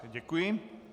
Děkuji.